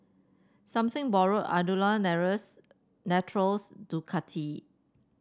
Something Borrowed Andalou Naturals Ducati